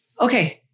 Okay